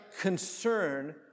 concern